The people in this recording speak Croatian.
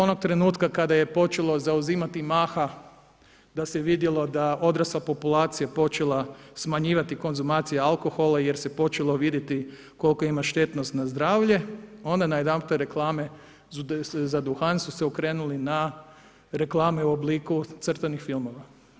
Onog trenutka kada je počelo zauzimati maha da se vidjelo da odrasla populacija počela smanjivati konzumacije alkohola jer se počelo vidjeti koliko ima štetnost na zdravlje, onda najedanputa reklame za duhan su se okrenuli na reklame u obliku crtanih filmova.